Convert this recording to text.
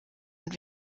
und